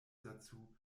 dazu